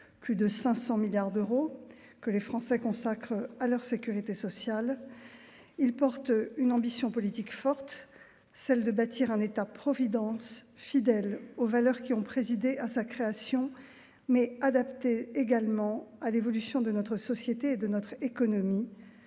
plus de 500 milliards d'euros -que les Français consacrent à leur sécurité sociale. Il porte une ambition politique forte, celle de bâtir un État providence fidèle aux valeurs qui ont présidé à sa création, mais également adapté à l'évolution de notre société et de notre économie,